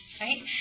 right